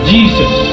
Jesus